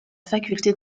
faculté